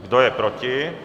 Kdo je proti?